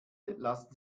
lassen